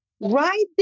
right